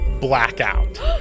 Blackout